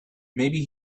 maybe